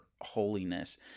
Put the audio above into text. holiness